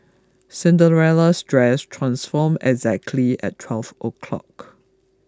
Cinderella's dress transformed exactly at twelve o'clock